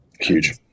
huge